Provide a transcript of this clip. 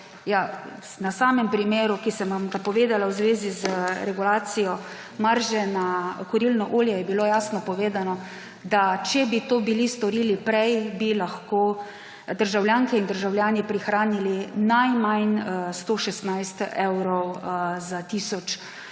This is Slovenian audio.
na samem primeru, ki sem vam ga povedala v zvezi z regulacijo marže na kurilno olje, je bilo jasno povedano, da če bi to bili storili prej, bi lahko državljanke in državljani prihranili najmanj 116 evrov za tisoč